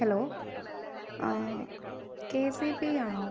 hello K C P ആണോ